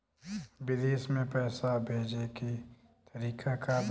विदेश में पैसा भेजे के तरीका का बा?